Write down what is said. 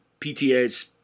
PTA's